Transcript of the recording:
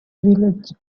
village